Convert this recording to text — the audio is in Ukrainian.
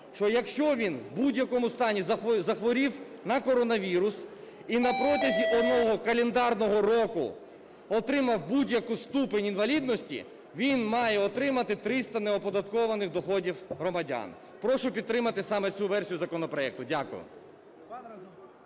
що якщо він в будь-якому стані захворів на коронавірус і протягом одного календарного року отримав будь-яку ступень інвалідності, він має отримати 300 неоподаткованих доходів громадян. Прошу підтримати саме цю версію законопроекту. Дякую.